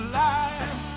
life